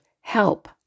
Help